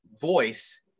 voice